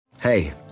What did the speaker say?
Hey